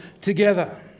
together